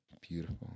beautiful